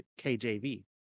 KJV